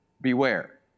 beware